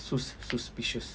sus suspicions